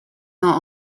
not